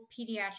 pediatric